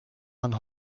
man